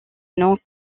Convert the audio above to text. nom